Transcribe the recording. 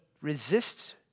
resists